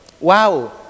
Wow